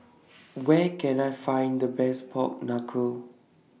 Where Can I Find The Best Pork Knuckle